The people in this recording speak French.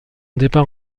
départ